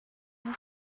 vous